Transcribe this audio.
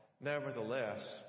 nevertheless